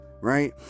Right